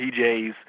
DJs